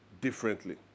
differently